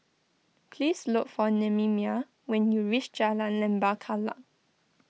please look for Nehemiah when you reach Jalan Lembah Kallang